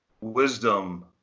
wisdom